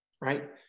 Right